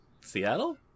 seattle